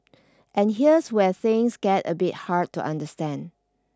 and here's where things get a bit hard to understand